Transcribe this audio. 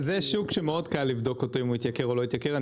זה שוק שמאוד קל לבדוק אם הוא התייקר או לא התייקר.